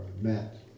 met